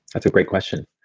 that's a great question.